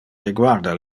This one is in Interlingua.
reguarda